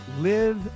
live